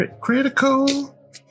Critical